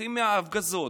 בורחים מההפגזות,